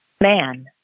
Man